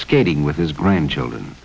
skating with his grandchildren